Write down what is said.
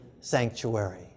sanctuary